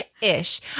Ish